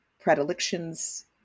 predilections